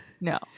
No